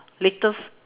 latest